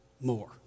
more